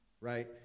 right